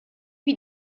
wie